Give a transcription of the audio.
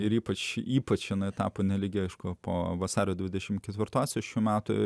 ir ypač ypač jinai tapo nelygi aišku po vasario dvidešimt ketvirtosios šių metų